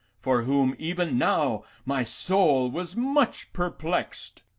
for whom even now my soul was much perplexed.